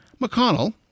McConnell